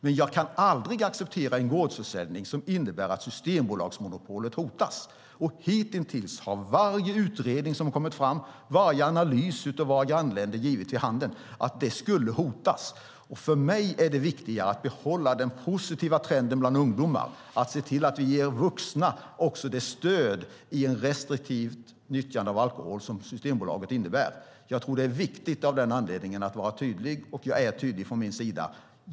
Men jag kan aldrig acceptera en gårdsförsäljning som innebär att Systembolagsmonopolet hotas. Hitintills har varje utredning som kommit fram och varje analys av våra grannländer givit vid handen att det skulle hotas. För mig är det viktigare att behålla den positiva trenden bland ungdomar och se till att vi ger vuxna det stöd i ett restriktivt nyttjande av alkohol som Systembolaget innebär. Det är av den anledningen viktigt att vara tydlig, och jag är tydlig från min sida.